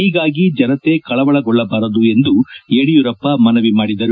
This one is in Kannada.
ಹೀಗಾಗಿ ಜನತೆ ಕಳವಳಗೊಳ್ಳಬಾರದು ಎಂದು ಯಡಿಯೂರಪ್ಪ ಮನವಿ ಮಾಡಿದರು